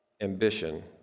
ambition